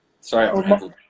Sorry